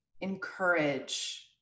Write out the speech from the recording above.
encourage